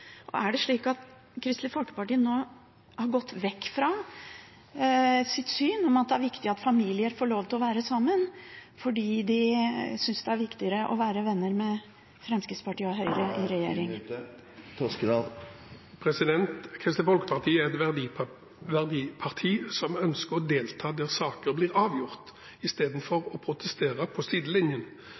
Er det slik at Kristelig Folkeparti nå har gått vekk fra sitt syn om at det er viktig at familier får lov til å være sammen, fordi de synes det er viktigere å være venner med Fremskrittspartiet og Høyre? Kristelig Folkeparti er et verdiparti som ønsker å delta der saker blir avgjort, i stedet for å protestere på sidelinjen.